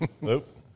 Nope